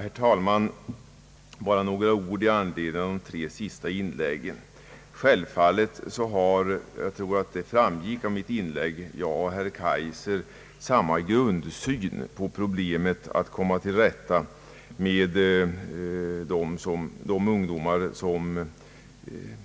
Herr talman! Bara några ord i anledning av de tre sista inläggen. Självfallet har — det tror jag framgick av mitt inlägg — jag och herr Kaijser samma grundsyn på problemet att komma till rätta med de ungdomar som är